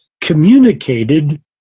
communicated